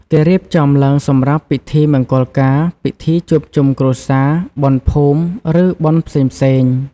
គេរៀបចំឡើងសម្រាប់ ពិធីមង្គលការ ពិធីជួបជុំគ្រួសារ បុណ្យភូមិ ឬបុណ្យផ្សេងៗ ។